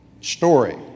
story